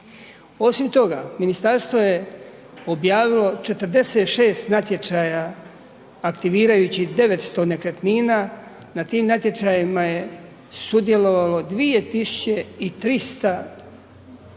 Ovim toga, ministarstvo je objavilo 46 natječaja aktivirajući 900 nekretnina. Na tim natječajima je sudjelovalo 2300